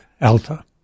Alta